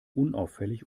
unauffällig